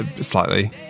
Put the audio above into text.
Slightly